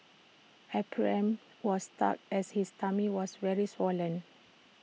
Ephraim was stuck as his tummy was very swollen